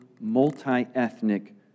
multi-ethnic